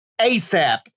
ASAP